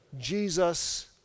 Jesus